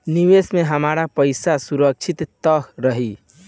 निवेश में हमार पईसा सुरक्षित त रही?